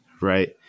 right